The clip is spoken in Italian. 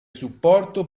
supporto